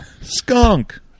Skunk